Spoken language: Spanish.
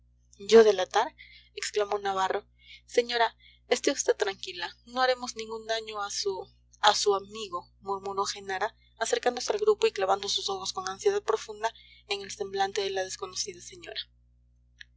yo delatar exclamó navarro señora esté vd tranquila no haremos ningún daño a su a su amigo murmuró genara acercándose al grupo y clavando sus ojos con ansiedad profunda en el semblante de la desconocida señora